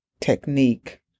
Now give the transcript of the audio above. technique